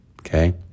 Okay